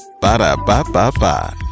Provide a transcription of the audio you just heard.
Ba-da-ba-ba-ba